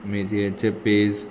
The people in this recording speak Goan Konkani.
मेथयेचें पेज